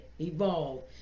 evolve